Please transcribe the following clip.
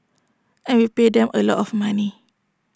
and we pay them A lot of money